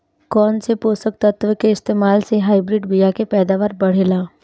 कौन से पोषक तत्व के इस्तेमाल से हाइब्रिड बीया के पैदावार बढ़ेला?